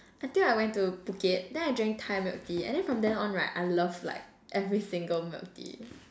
until I went to Phuket then I drank thai-milk-tea and then from then on right I love like every single milk tea